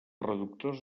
reductors